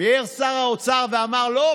מיהר שר האוצר ואמר: לא,